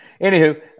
Anywho